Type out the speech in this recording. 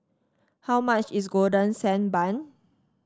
how much is Golden Sand Bun